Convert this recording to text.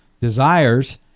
desires